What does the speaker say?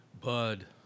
Bud